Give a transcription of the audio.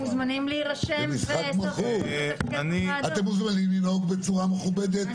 אתם מוזמנים להירשם --- אתם מוזמנים לנהוג בצורה מכובדת והגיונית.